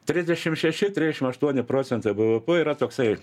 tridešim šeši triešim aštuoni procentai bvp yra toksai